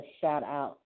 shout-out